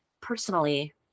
personally